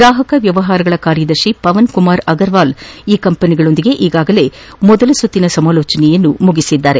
ಗ್ರಾಹಕರ ವ್ಯವಹಾರಗಳ ಕಾರ್ಯದರ್ತಿ ಪವನ್ಕುಮಾರ್ ಅಗರ್ವಾಲ್ ಈ ಕಂಪನಿಗಳೊಂದಿಗೆ ಈಗಾಗಲೇ ಮೊದಲ ಸುತ್ತಿನ ಸಮಾಲೋಚನೆ ನಡೆಸಿದ್ದಾರೆ